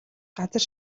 газар